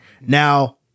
now